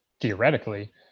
theoretically